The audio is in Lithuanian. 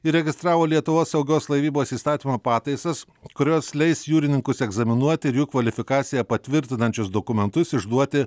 įregistravo lietuvos saugios laivybos įstatymo pataisas kurios leis jūrininkus egzaminuoti ir jų kvalifikaciją patvirtinančius dokumentus išduoti